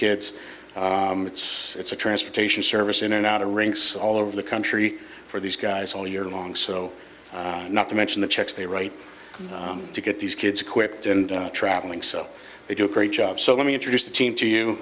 kids it's it's a transportation service in and out of rinks all over the country for these guys all year long so not to mention the checks they write to get these kids equipped and traveling so they do a great job so let me introduce the team to you